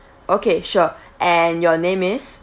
okay sure and your name is